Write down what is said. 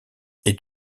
est